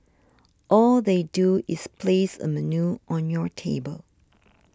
all they do is place a menu on your table